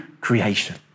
creation